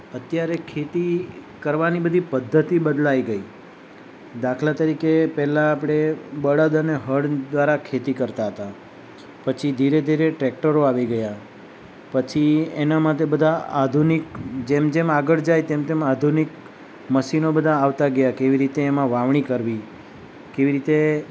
અત્યારે ખેતી કરવાની બધી પદ્ધતિ બદલાઈ ગઈ દાખલા તરીકે પહેલાં આપણે બળદ અને હળ દ્વારા ખેતી કરતા હતા પછી ધીરે ધીરે ટ્રેક્ટરો આવી ગયા પછી એના માથે બધા આધુનિક જેમ જેમ આગળ જાય તેમ તેમ આધુનિક મશીનો બધા આવતા ગયા કેવી રીતે એમાં વાવણી કરવી કેવી રીતે